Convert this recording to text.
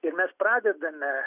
ir mes pradedame